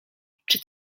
czy